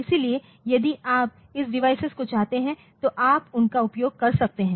इसलिए यदि आप इन डिवाइस को चाहते हैं तो आप उनका उपयोग कर सकते हैं